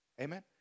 Amen